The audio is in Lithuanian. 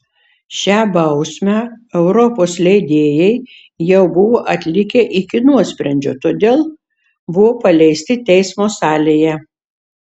šią bausmę europos leidėjai jau buvo atlikę iki nuosprendžio todėl buvo paleisti teismo salėje